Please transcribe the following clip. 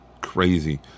crazy